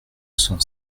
cent